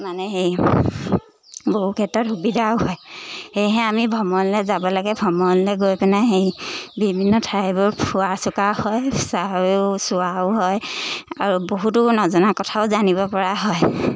মানে সেই বহু ক্ষেত্ৰত সুবিধাও হয় সেয়েহে আমি ভ্ৰমণলৈ যাব লাগে ভ্ৰমণলৈ গৈ পেনাই হেৰি বিভিন্ন ঠাইবোৰ ফুৰা চোকাও হয় চাইয়ো চোৱাও হয় আৰু বহুতো নজনা কথাও জানিব পৰা হয়